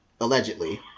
Allegedly